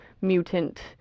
mutant